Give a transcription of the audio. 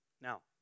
Now